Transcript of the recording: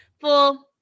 Full